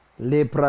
Lepra